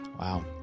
Wow